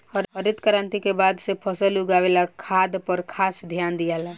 हरित क्रांति के बाद से फसल उगावे ला खाद पर खास ध्यान दियाला